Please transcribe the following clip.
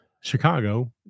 Chicago